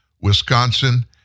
Wisconsin